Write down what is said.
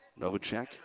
Novacek